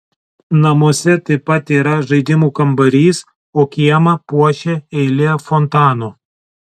namuose taip pat yra žaidimų kambarys o kiemą puošia eilė fontanų